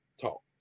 talk